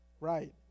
Right